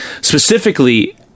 specifically